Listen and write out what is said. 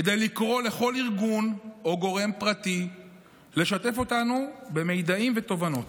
כדי לקרוא לכל ארגון או גורם פרטי לשתף אותנו במידעים ותובנות.